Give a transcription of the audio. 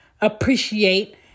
appreciate